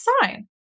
sign